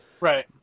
Right